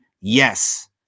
yes